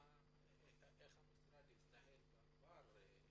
איך התנהל המשרד בעבר.